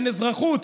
אין אזרחות,